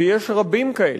ויש רבים כאלה.